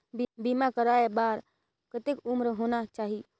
बीमा करवाय बार कतेक उम्र होना चाही?